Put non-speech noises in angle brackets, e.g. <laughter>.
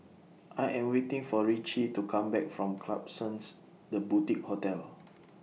I Am waiting For Ritchie to Come Back from Klapsons The Boutique Hotel <noise>